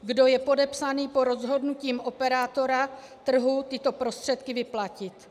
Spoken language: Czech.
Kdo je podepsaný po rozhodnutím operátora trhu tyto prostředky vyplatit.